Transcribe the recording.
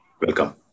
Welcome